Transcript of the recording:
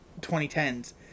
2010s